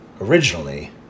originally